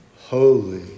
holy